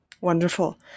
Wonderful